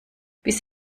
bis